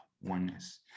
oneness